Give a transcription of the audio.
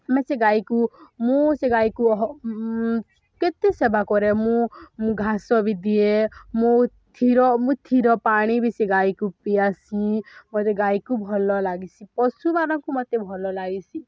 ଆମେ ସେ ଗାଈକୁ ମୁଁ ସେ ଗାଈକୁ କେତେ ସେବା କରେ ମୁଁ ମୁଁ ଘାସ ବି ଦିଏ ମୋ ଥିର ମୁଁ ଥିର ପାଣି ବି ସେ ଗାଈକୁ ପିଆସି ମୋତେ ଗାଈକୁ ଭଲ ଲାଗିସି ପଶୁମାନଙ୍କୁ ମୋତେ ଭଲ ଲାଗିସି